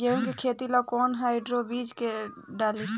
गेहूं के खेती ला कोवन हाइब्रिड बीज डाली?